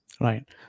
Right